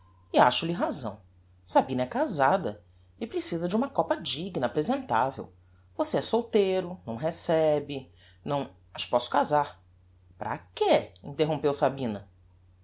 e acho-lhe razão sabina é casada e precisa de uma copa digna apresentavel você é solteiro não recebe não mas posso casar para que interrompeu sabina